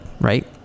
right